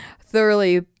thoroughly